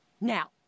Now